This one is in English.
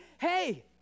hey